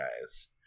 guys